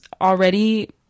already